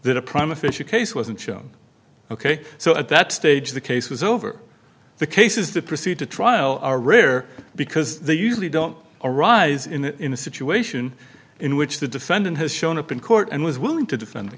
that a prime official case wasn't shown ok so at that stage the case was over the cases that proceed to trial are rare because they usually don't arise in a situation in which the defendant has shown up in court and was willing to defend the